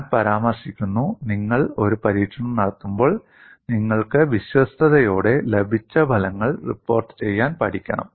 ഞാൻ പരാമർശിക്കുന്നു നിങ്ങൾ ഒരു പരീക്ഷണം നടത്തുമ്പോൾ നിങ്ങൾക്ക് വിശ്വസ്തതയോടെ ലഭിച്ച ഫലങ്ങൾ റിപ്പോർട്ടുചെയ്യാൻ പഠിക്കണം